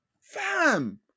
Fam